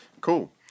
cool